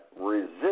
resist